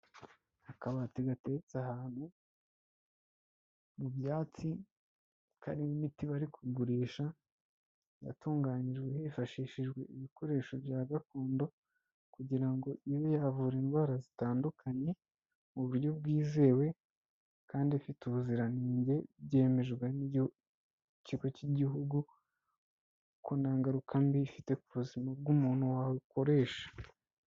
Akabati gatetse ahantu mu byatsi karimo imiti bari kugurisha yatunganyijwe hifashishijwe ibikoresho bya gakondo, kugira ngo ibe yavura indwara zitandukanye mu buryo bwizewe kandi ifite ubuziranenge byemejwe n'ikigo cy'igihugu ko nta ngaruka mbi ifite ku buzima bw'umuntu wawukoresha.